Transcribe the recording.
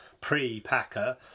pre-Packer